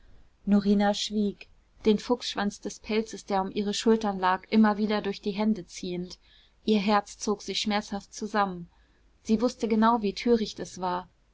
norina schwieg den fuchsschwanz des pelzes der um ihre schultern lag immer wieder durch die hände ziehend ihr herz zog sich schmerzhaft zusammen sie wußte genau wie töricht es war